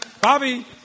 Bobby